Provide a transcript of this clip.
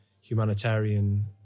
humanitarian